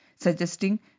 suggesting